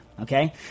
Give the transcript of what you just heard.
Okay